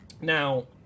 Now